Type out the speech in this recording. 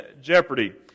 jeopardy